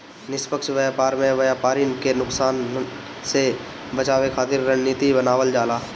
निष्पक्ष व्यापार में व्यापरिन के नुकसान से बचावे खातिर रणनीति बनावल जाला